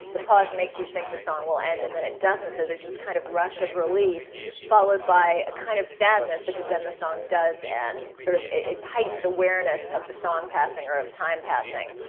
the pause makes you think the song will end and then it doesn't. so, there's this kind of rush of relief followed by kind of sadness because then the song does and sort of end. it heightens awareness of the song passing, or of time passing.